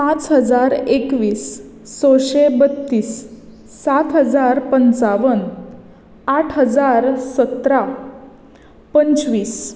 पांच हजार एकवीस सशें बत्तीस सात हजार पंचावन आठ हजार सतरा पंचवीस